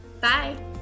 Bye